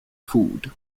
food